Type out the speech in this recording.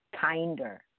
kinder